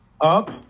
up